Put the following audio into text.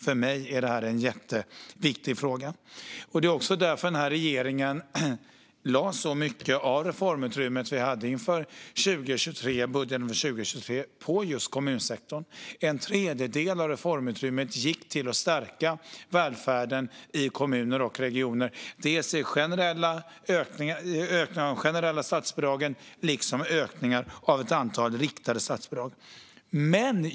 För mig är detta en jätteviktig fråga. Det är därför regeringen lade så mycket av det reformutrymme vi hade inför 2023 på just kommunsektorn. En tredjedel av reformutrymmet gick till att stärka välfärden i kommuner och regioner, dels via en ökning av de generella statsbidragen, dels via ökningar av ett antal riktade statsbidrag.